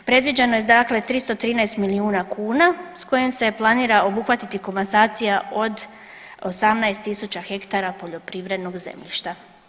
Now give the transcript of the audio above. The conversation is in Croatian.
Predviđeno je dakle 313 milijuna kuna sa kojim se planira obuhvatiti komasacija od 18ha poljoprivrednog zemljišta.